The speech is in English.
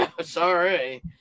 sorry